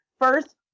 First